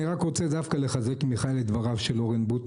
לחזק את דבריו של אורן,